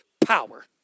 power